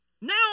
now